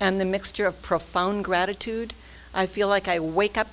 and the mixture of profound gratitude i feel like i wake up